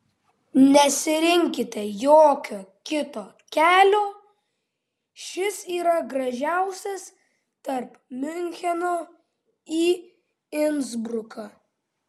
nesirinkite jokio kito kelio šis yra gražiausias tarp miuncheno į insbruką